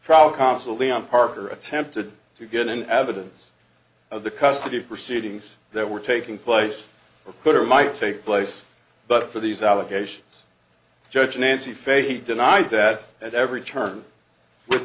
trial constantly on parker attempted to get in evidence of the custody proceedings that were taking place or could or might take place but for these allegations judge nancy fahy denied that at every turn with